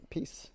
Peace